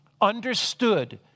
understood